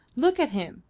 look at him.